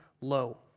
low